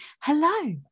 Hello